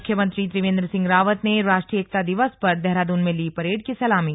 मुख्यमंत्री त्रिवेंद्र सिंह रावत ने राष्ट्रीय एकता दिवस पर देहरादून में ली परेड की सलामी